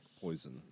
poison